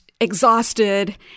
exhausted